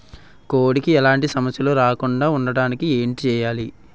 కోడి కి ఎలాంటి సమస్యలు రాకుండ ఉండడానికి ఏంటి చెయాలి?